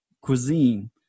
cuisine